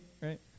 right